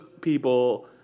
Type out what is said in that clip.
people